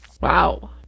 Wow